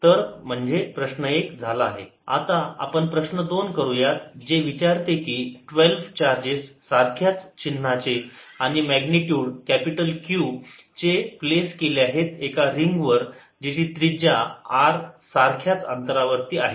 F14π0Qqa2y232 आता आपण प्रश्न दोन करूयात जे विचारते की 12 चार्जेस सारख्याच चिन्हाचे आणि मॅग्निट्युड कॅपिटल Q चे प्लेस केले आहेत एका रिंग वर जिची त्रिज्या R सारख्या अंतरावरती आहे